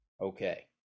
okay